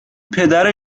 پدر